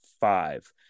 five